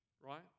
right